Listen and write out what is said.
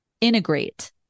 integrate